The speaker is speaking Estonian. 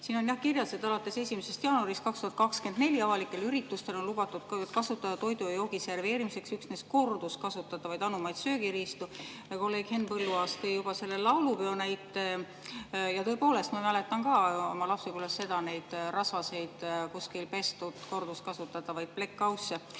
Siin on jah kirjas, et alates 1. jaanuarist 2024 on avalikel üritustel lubatud kasutada toidu ja joogi serveerimiseks üksnes korduskasutatavaid anumaid ja söögiriistu. Kolleeg Henn Põlluaas tõi juba laulupeo näite. Tõepoolest, ma mäletan ka oma lapsepõlvest neid rasvaseid kuskil pestud korduskasutatavaid plekk-kausse.